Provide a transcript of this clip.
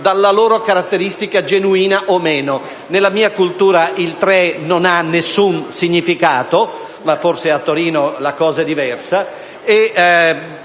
dalla loro caratteristica genuina o meno. Nella mia cultura il tre non ha nessun significato; forse a Torino la cosa è diversa.